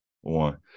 one